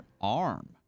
arm